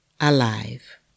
alive